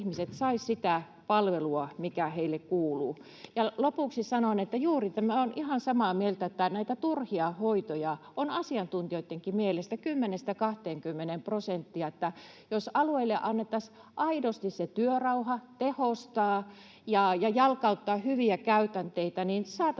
saisivat sitä palvelua, mikä heille kuuluu. Lopuksi sanon, että olen ihan samaa mieltä, että näitä turhia hoitoja on asiantuntijoittenkin mielestä 10—20 prosenttia. Jos alueille annettaisiin aidosti se työrauha tehostaa ja jalkauttaa hyviä käytänteitä, niin saataisiin